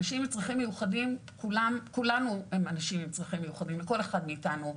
אנשים עם צרכים מיוחדים, כולנו, כל אחד מאתנו.